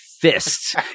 Fists